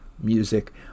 music